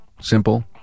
simple